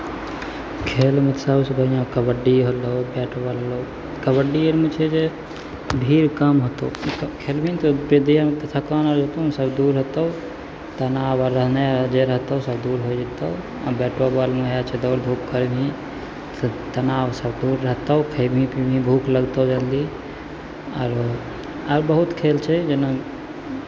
खेलमे सभसँ बढ़िआँ कबड्डी होलौ बैट बॉल होलौ कबड्डी अरमे छै जे भीड़ कम होतौ खेलबिहीन तऽ देहमे थकान अर हेतौ ने सभ दूर हेतौ तनाव अर नहि रहतहु जे रहतहु सभ दूर होय जयतहु आ बैटो बॉलमे इहए छै दौड़ धूप करबिही तनावसभ दूर रहतौ खयबही पिबही भूख लगतौ जल्दी आरो आर बहुत खेल छै जेना